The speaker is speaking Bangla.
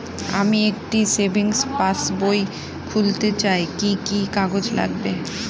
আমি একটি সেভিংস পাসবই খুলতে চাই কি কি কাগজ লাগবে?